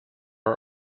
are